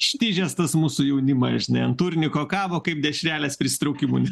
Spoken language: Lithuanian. ištižęs tas mūsų jaunimas žinai ant turniko kabo kaip dešrelės prisitraukimus